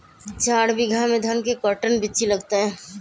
चार बीघा में धन के कर्टन बिच्ची लगतै?